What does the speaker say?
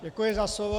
Děkuji za slovo.